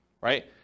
right